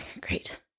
Great